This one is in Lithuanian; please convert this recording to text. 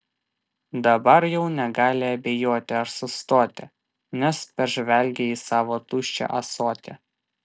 dabar jau negali abejoti ar sustoti nes pažvelgei į savo tuščią ąsotį